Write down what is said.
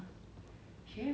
unpopular opinion